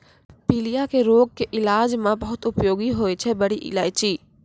पीलिया के रोग के इलाज मॅ बहुत उपयोगी होय छै बड़ी इलायची